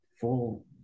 full